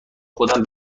خودم